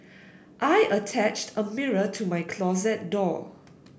I attached a mirror to my closet door